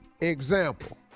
Example